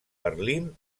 berlín